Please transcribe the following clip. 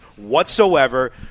Whatsoever